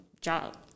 job